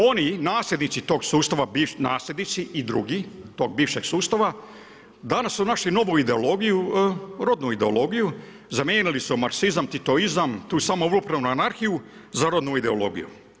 Oni nasljednici tog sustava, nasljednici i drugi tog bivšeg sustava danas su našli novu ideologiju, rodnu ideologiju, zamijenili su marxizam, titoizam tu samoupravnu anarhiju za rodnu ideologiju.